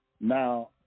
Now